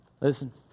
Listen